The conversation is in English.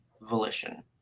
volition